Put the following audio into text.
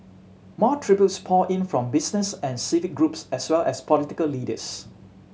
more tributes poured in from business and civic groups as well as political leaders